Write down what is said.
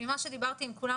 ממה שדיברתי עם כולם,